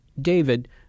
David